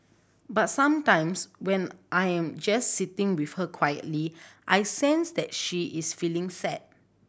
but sometimes when I am just sitting with her quietly I sense that she is feeling sad